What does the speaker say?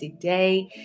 today